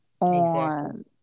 on